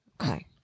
Okay